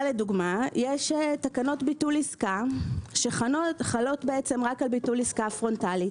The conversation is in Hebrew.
אבל למשל יש תקנות ביטול עסקה שחלות רק על ביטול עסקה פרונטלית.